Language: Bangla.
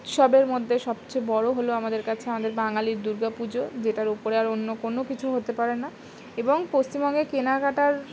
উৎসবের মধ্যে সবচেয়ে বড়ো হলো আমাদের কাছে আমাদের বাঙালির দুর্গা পুজো যেটার ওপরে আর অন্য কোনো কিছু হতে পারে না এবং পশ্চিমবঙ্গে কেনাকাটার